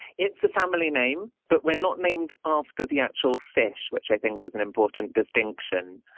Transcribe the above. it's a family name. but we're not named after the actual fish, which i think is an important distinction.